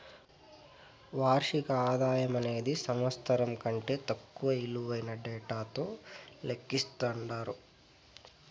వార్షిక ఆదాయమనేది సంవత్సరం కంటే తక్కువ ఇలువైన డేటాతో లెక్కిస్తండారు